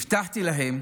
הבטחתי להם: